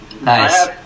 Nice